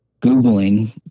Googling